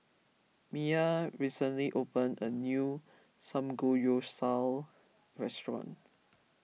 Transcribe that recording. Miah recently opened a new Samgeyopsal restaurant